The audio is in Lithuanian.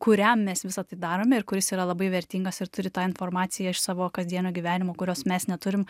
kuriam mes visa tai darome ir kuris yra labai vertingas ir turi tą informaciją iš savo kasdienio gyvenimo kurios mes neturim